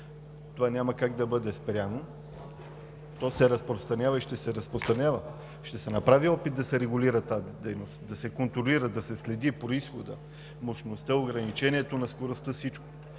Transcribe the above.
Това няма как да бъде спряно. То се разпространява и ще се разпространява. Ще се направи опит да се регулира дейността, да се контролира, да се следи произходът, мощността, ограничението на скоростта, всичко.